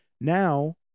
Now